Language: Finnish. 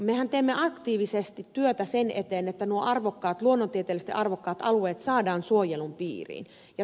mehän teemme aktiivisesti työtä sen eteen että nuo luonnontieteellisesti arvokkaat alueet saadaan suojelun piiriin